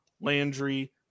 landry